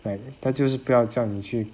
like 他就是不要叫你去